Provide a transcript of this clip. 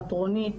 פטרונית,